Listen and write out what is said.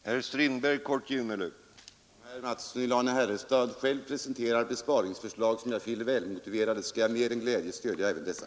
Herr talman! Om herr Mattsson i Lane-Herrestad själv presenterar besparingsförslag som jag finner väl motiverade, skall jag med glädje stödja dessa.